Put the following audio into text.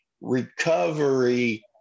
recovery